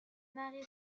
marie